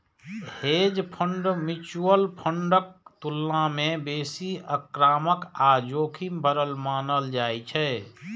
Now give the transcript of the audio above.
hedge fund mutual फंडक तुलना मे बेसी आक्रामक आ जोखिम भरल मानल जाइ छै